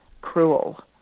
cruel